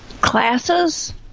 Classes